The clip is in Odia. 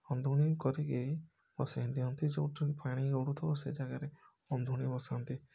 ଅନ୍ଧୁଣି କରିକି ବସେଇ ଦିଅନ୍ତି ସବୁଠି ଯେଉଁଠୁ ପାଣି ଗଡ଼ୁଥିବ ସେ ଯାଗାରେ ଅନ୍ଧୁଣି ବସାନ୍ତି